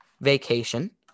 vacation